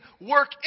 work